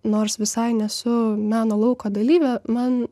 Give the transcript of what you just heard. nors visai nesu meno lauko dalyvė man